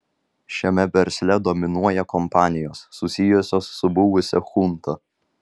šiame versle dominuoja kompanijos susijusios su buvusia chunta